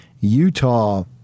Utah